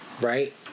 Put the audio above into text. right